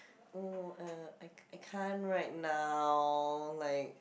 oh uh I can't right now like